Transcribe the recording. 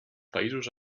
països